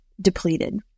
depleted